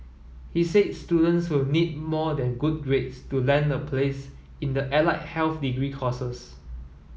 he said students will need more than good grades to land a place in the allied health degree courses